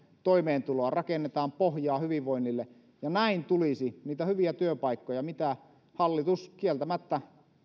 toimeentuloa rakennetaan pohjaa hyvinvoinnille ja näin tulisi niitä hyviä työpaikkoja mitä hallitus kieltämättä